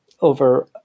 over